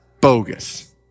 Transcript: bogus